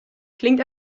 klingt